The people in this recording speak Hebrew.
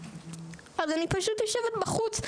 אז אני פשוט יושבת בחוץ.